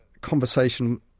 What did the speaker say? conversation